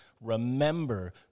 remember